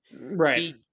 Right